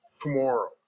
tomorrow